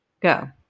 go